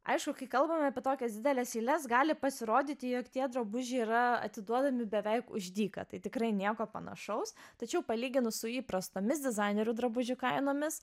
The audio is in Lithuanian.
aišku kai kalbame apie tokias dideles eiles gali pasirodyti jog tie drabužiai yra atiduodami beveik už dyką tai tikrai nieko panašaus tačiau palyginus su įprastomis dizainerių drabužių kainomis